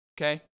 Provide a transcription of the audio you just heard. okay